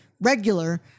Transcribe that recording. Regular